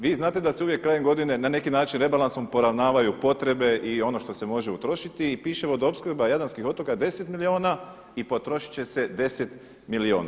Vi znate da se uvijek krajem godine na neki način rebalansom poravnavaju potrebe i ono što se može utrošiti i piše vodoopskrba jadranskih otoka je 10 milijuna i potrošit će se 10 milijuna.